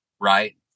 Right